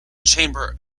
chamber